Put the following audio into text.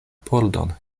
pordon